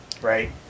Right